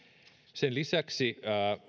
sen lisäksi